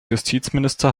justizminister